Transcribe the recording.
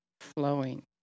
flowing